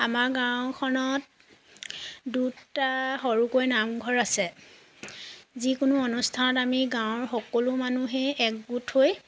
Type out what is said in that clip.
আমাৰ গাঁওখনত দুটা সৰুকৈ নামঘৰ আছে যিকোনো অনুষ্ঠানত আমি গাঁৱৰ সকলো মানুহেই একগোট হৈ